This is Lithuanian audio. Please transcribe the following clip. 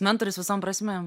mentorius visom prasmėm